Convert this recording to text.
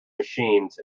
machines